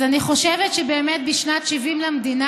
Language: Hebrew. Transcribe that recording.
אז אני חושבת שבאמת בשנת השבעים למדינה